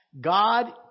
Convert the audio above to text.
God